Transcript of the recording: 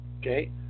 okay